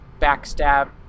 backstab